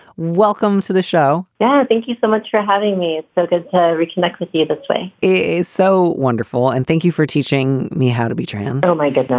welcome to the show yeah thank you so for having me. so good to reconnect with you this way is so wonderful. and thank you for teaching me how to be trans. oh, my god.